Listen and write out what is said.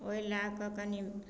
ओहि लए कऽ कनी